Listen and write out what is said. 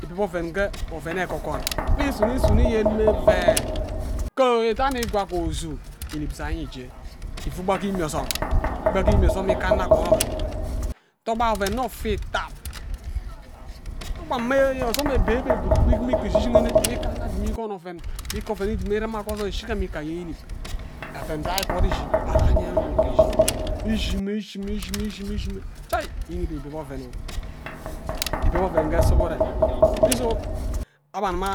Ibib oven ghe oven ekwon kwoa isuno isuno inyen mme vee edan ikwa ghe ozu inib izai ije ifu gba ghe imie ezom gba ghe imie ozom ghe anno akwon oven togba oven nne ofe itad togba mme ozom mme ebe ebe gwud ibid mme gba ijijighe nne gbe kan anno adimi ikwon oven gbe ga oven idimi irima ghe ozoi ishig mme ga aye inib oven jaghe egwud ishi gha gha anya mme ke ishi ishi mme ishi mme ishi mme ishi mme ishi mme inib ibib oven no ibib mme isu aba agima